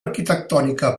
arquitectònica